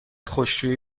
خشکشویی